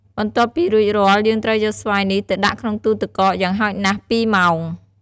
បន្ទាប់ពីរួចរាល់ យើងត្រូវយកស្វាយនេះទៅដាក់ក្នុងទូរទឹកកកយ៉ាងហោចណាស់ពីរម៉ោង។